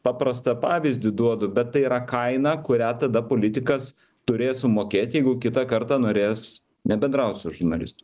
paprastą pavyzdį duodu bet tai yra kaina kurią tada politikas turės sumokėt jeigu kitą kartą norės nebendraut su žurnalistu